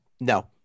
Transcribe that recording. No